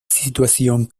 situación